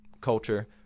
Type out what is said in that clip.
culture